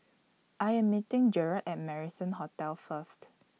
I Am meeting Gerard At Marrison Hotel First